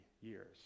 years